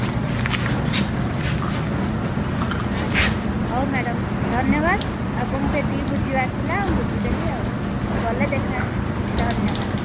ଆଜ୍ଞା ଆଜ୍ଞା ହଉ ମ୍ୟାଡ଼ମ୍ ଧନ୍ୟବାଦ ଆପଣଙ୍କୁ ଏତିକି ବୁଝିବାର ଥିଲା ବୁଝିଦେଲି ଆଉ